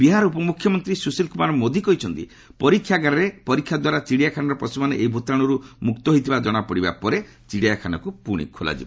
ବିହାର ଉପମୁଖ୍ୟମନ୍ତୀ ସୁଶିଳ କୁମାର ମୋଦି କହିଛନ୍ତି ପରୀକ୍ଷାଗାରରେ ପରୀକ୍ଷାଦ୍ୱାରା ଚିଡ଼ିଆଖାନାର ପଶୁମାନେ ଏହି ଭୂତାଣୁରୁ ମୁକ୍ତ ହୋଇଥିବା ଜଣାପଡ଼ିବା ପରେ ଚିଡ଼ିଆଖାନାକୁ ଖୋଲାଯିବ